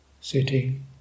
sitting